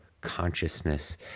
consciousness